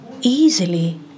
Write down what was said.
easily